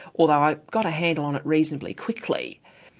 although i got a handle on it reasonably quickly.